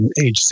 age